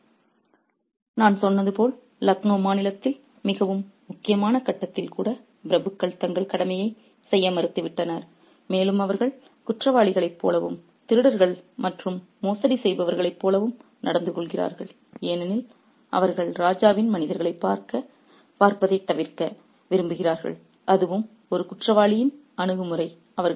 refer slide time 3330 நான் சொன்னது போல் லக்னோ மாநிலத்தில் மிகவும் முக்கியமான கட்டத்தில் கூட பிரபுக்கள் தங்கள் கடமையைச் செய்ய மறுத்துவிட்டனர் மேலும் அவர்கள் குற்றவாளிகளைப் போலவும் திருடர்கள் மற்றும் மோசடி செய்பவர்களைப் போலவும் நடந்துகொள்கிறார்கள் ஏனெனில் அவர்கள் ராஜாவின் மனிதர்களைப் பார்ப்பதைத் தவிர்க்க விரும்புகிறார்கள் அதுவும் ஒரு குற்றவாளியின் அணுகுமுறை